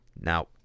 Now